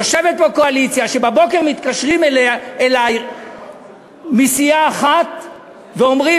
יושבת פה קואליציה שבבוקר מתקשרים אלי מסיעה אחת ואומרים: